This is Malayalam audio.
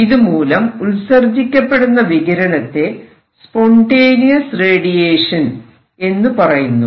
ഇതുമൂലം ഉത്സർജിക്കപ്പെടുന്ന വികിരണത്തെ സ്പോൻന്റെനിയസ് റേഡിയേഷൻ എന്ന് പറയുന്നു